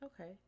Okay